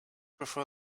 before